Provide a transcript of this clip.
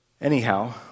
Anyhow